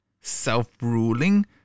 Self-ruling